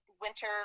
winter